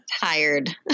tired